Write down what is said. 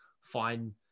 fine